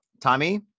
Tommy